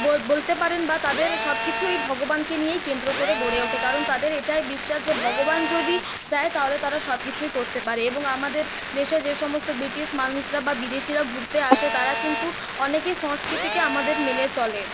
ব বলতে পারেন বা তাদের সব কিছুই ভগবানকে নিয়েই কেন্দ্র করে গড়ে ওঠে কারণ তাদের এটাই বিশ্বাস যে ভগবান যদি চায় তাহলে তারা সবকিছুই করতে পারে এবং আমাদের দেশে যে সমস্ত ব্রিটিশ মানুষরা বা বিদেশীরা ঘুরতে আসে তারা কিন্তু অনেকেই সংস্কৃতিকে আমাদের মেনে চলে